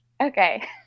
Okay